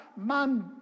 man